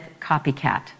copycat